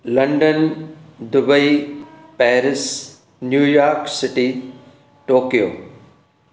London Dubai Paris New York City Tokyo